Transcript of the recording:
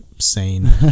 sane